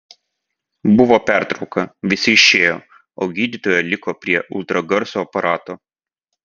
buvo pertrauka visi išėjo o gydytoja liko prie ultragarso aparato